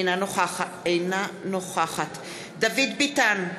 אינה נוכחת דוד ביטן,